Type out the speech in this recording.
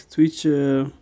Twitch